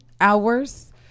hours